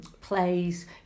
Plays